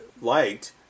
liked